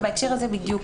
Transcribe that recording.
ובהקשר הזה בדיוק,